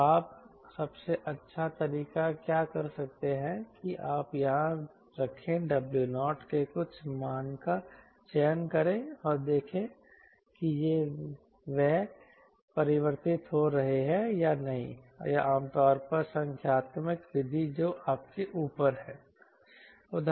तो आप सबसे अच्छा तरीका क्या कर सकते हैं कि आप यहाँ रखे 𝑊0 के कुछ मान का चयन करें और देखें कि यह वे परिवर्तित हो रहे हैं या नहीं या आमतौर पर संख्यात्मक विधि जो आपके ऊपर है